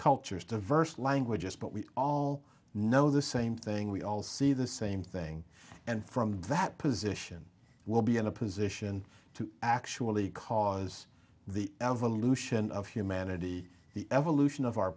cultures diverse languages but we all know the same thing we all see the same thing and from that position we'll be in a position to actually cause the evolution of humanity the evolution of our